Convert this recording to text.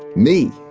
me.